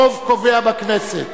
הרוב קובע בכנסת.